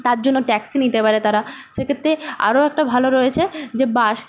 তার জন্য ট্যাক্সি নিতে পারে তারা সেক্ষেত্রে আরও একটা ভালো রয়েছে যে বাস